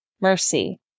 mercy